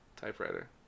typewriter